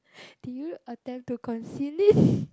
did you attempt to conceal it